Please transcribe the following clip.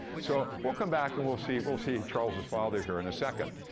so we'll come back and we'll see we'll see charles's father here in a second.